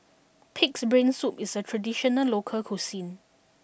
Pig'S Brain Soup is a traditional local cuisine